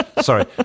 sorry